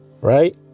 Right